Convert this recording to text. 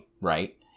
right